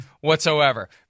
whatsoever